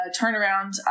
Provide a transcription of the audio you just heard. turnaround